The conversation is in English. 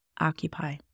occupy